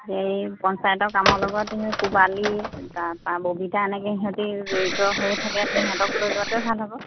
এই পঞ্চায়তৰ কামৰ লগত পূবালী তাৰপৰা ববিতা এনেকৈ সিহঁতে জড়িত হৈ থাকে সিহঁতক লৈ লোৱাটোৱে ভাল হ'ব